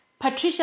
Patricia